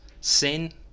sin